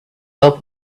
help